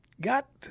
got